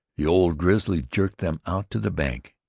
the old grizzly jerked them out to the bank,